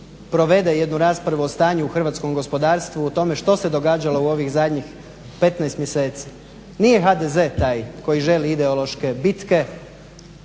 provede jednu raspravu o stanju u hrvatskom gospodarstvu, o tome što se događalo u ovih zadnjih 15 mjeseci. Nije HDZ taj koji želi ideološke bitke,